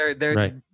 Right